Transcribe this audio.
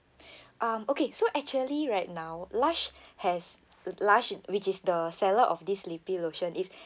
um okay so actually right now Lush has Lush which is the seller of this sleepy lotion is